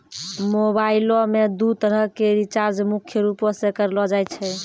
मोबाइलो मे दू तरह के रीचार्ज मुख्य रूपो से करलो जाय छै